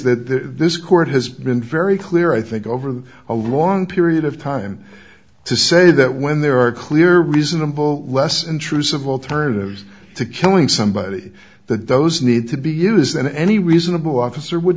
that this court has been very clear i think over a long period of time to say that when there are clear reasonable less intrusive alternatives to killing somebody that those need to be used and any reasonable officer would